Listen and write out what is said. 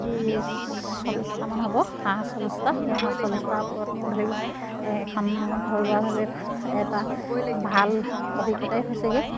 ত্ৰিছ চল্লিছটামান হ'ব হাঁহ চল্লিছটা সেই হাঁহ চল্লিছটাৰ ওপৰত মোৰ ধৰি লওক এখন মোৰ ঘৰুৱাভাৱে এটা ভাল অভিজ্ঞতাই হৈছেগৈ